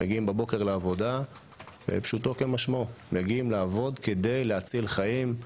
מגיעים בבוקר לעבודה - פשוטו כמשמעו - מגיעים בבוקר להציל חיים.